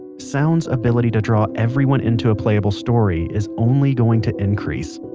sounds ability to draw everyone into a playable story is only going to increase.